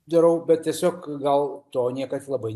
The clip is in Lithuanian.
darau bet tiesiog gal to niekad labai